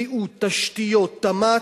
בריאות, תשתיות, תמ"ת,